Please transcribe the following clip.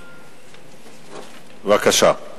בבקשה.